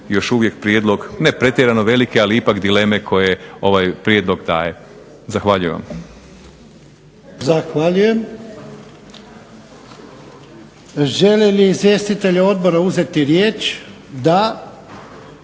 još uvijek prijedlog ne pretjerano velike, ali ipak dileme koje ovaj prijedlog daje. Zahvaljujem vam. **Jarnjak, Ivan (HDZ)** Zahvaljujem. Žele li izvjestitelji odbora uzeti riječ? Da.